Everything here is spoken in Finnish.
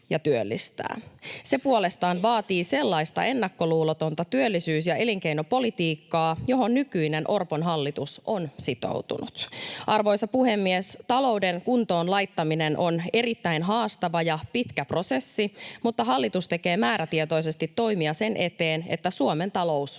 Se puolestaan vaatii sellaista ennakkoluulotonta työllisyys- ja elinkeinopolitiikkaa, johon nykyinen Orpon hallitus on sitoutunut. Arvoisa puhemies! Talouden kuntoon laittaminen on erittäin haastava ja pitkä prosessi, mutta hallitus tekee määrätietoisesti toimia sen eteen, että Suomen talous